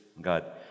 God